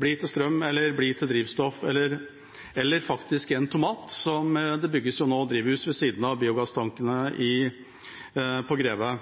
til strøm eller drivstoff – eller faktisk en tomat. Det bygges nå drivhus ved siden av biogasstankene ved Greve Biogass.